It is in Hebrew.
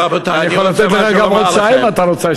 אני יכול לתת לך גם עוד שעה אם אתה רוצה,